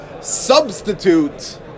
substitute